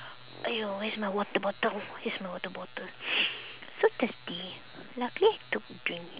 !aiya! where's my water bottle where's my water bottle so thirsty luckily I took drink